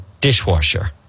dishwasher